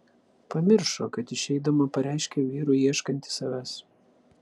pamiršo kad išeidama pareiškė vyrui ieškanti savęs